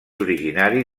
originari